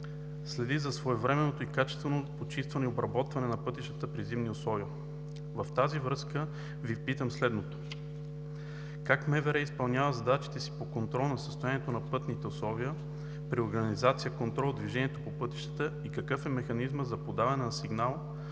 следи за своевременното и качествено почистване и обработване на пътищата при зимни условия.“ В тази връзка Ви питам следното: как МВР изпълнява задачите си по контрол на състоянието на пътните условия при организация и контрол на движението по пътищата и какъв е механизмът за подаване на сигнал